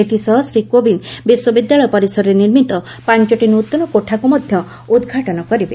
ଏଥିସହ ଶ୍ରୀ କୋବିନ୍ଦ ବିଶ୍ୱବିଦ୍ୟାଳୟ ପରିସରରେ ନିର୍ମିତ ପାଞ୍ଚଟି ନୃତନ କୋଠାକୁ ମଧ୍ୟ ଉଦ୍ଘାଟନ କରିବେ